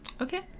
Okay